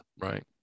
Right